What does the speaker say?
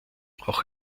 auch